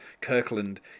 Kirkland